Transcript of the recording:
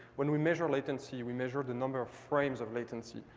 when we measure latency, we measure the number of frames of latency,